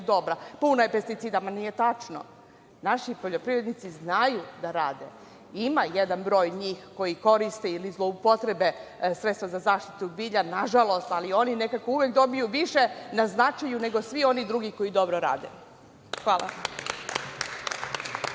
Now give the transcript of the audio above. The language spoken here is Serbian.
dobra, puna je pesticida. Nije tačno. Naši poljoprivrednici znaju da rade. Ima jedan broj njih koji koriste ili zloupotrebe sredstva za zaštitu bilja, nažalost, ali oni nekako uvek dobiju više na značaju nego svi oni drugi koji dobro rade. Hvala.